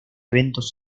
eventos